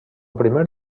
primer